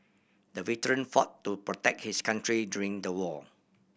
the veteran fought to protect his country during the war